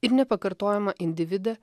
ir nepakartojamą individą